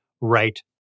right